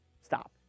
stop